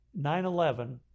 9-11